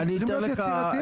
אנחנו צריכים להיות יצירתיים.